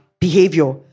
behavior